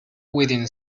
within